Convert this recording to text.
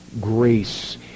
grace